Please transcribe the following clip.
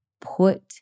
put